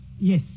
Yes